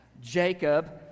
Jacob